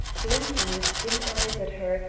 blinking with dim eyes at her,